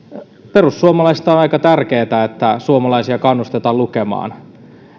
perussuomalaisista on aika tärkeätä että suomalaisia kannustetaan lukemaan